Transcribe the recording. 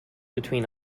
between